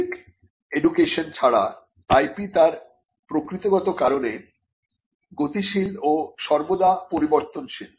basic education ছাড়া IP তার প্রকৃতিগত কারণে গতিশীল ও সর্বদা পরিবর্তনশীল